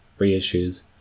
reissues